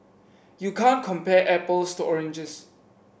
you can't compare apples to oranges